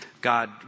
God